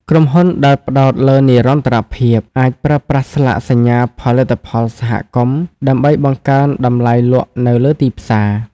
ក្រុមហ៊ុនដែលផ្ដោតលើនិរន្តរភាព អាចប្រើប្រាស់ស្លាកសញ្ញាផលិតផលសហគមន៍ ដើម្បីបង្កើនតម្លៃលក់នៅលើទីផ្សារ។